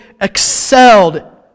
excelled